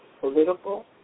political